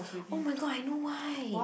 oh my god I know why